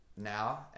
now